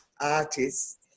artists